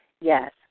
Yes